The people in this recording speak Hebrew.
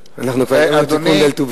בלבד,